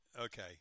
okay